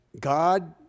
God